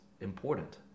important